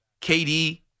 KD